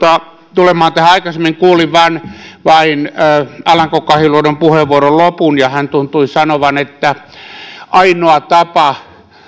tulemaan tähän aikaisemmin kuulin vain alanko kahiluodon puheenvuoron lopun ja hän tuntui sanovan että ainoa tapa